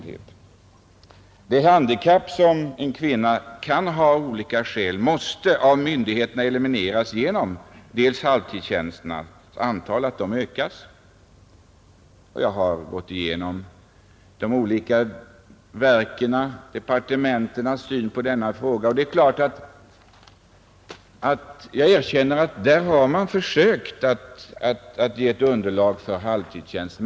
Det handikapp en kvinna kan ha av olika skäl måste av myndigheterna elimineras genom att antalet halvtidstjänster ökas. Jag har gått igenom de olika verkens och departementens syn på denna fråga. Jag erkänner att man där har försökt skapa ett underlag för halvtidstjänster.